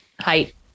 height